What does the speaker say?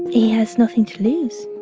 he has nothing to lose.